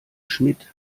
schmidt